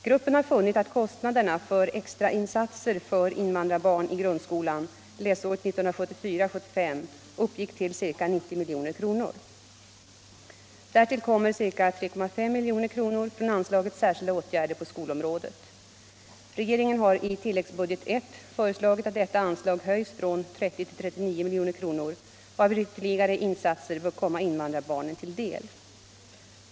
Gruppen har funnit att kostnaderna för extra insatser för invandrarbarn i grundskolan läsåret 1974/75 uppgick till ca 90 milj.kr. Därtill kommer ca 3,5 milj.kr. från anslaget Särskilda åtgärder på skolområdet. Regeringen har i tilläggsbudget I föreslagit att detta anslag höjs från 30 till 39 milj.kr., varvid ytterligare insatser bör komma invandrarbarnen till del.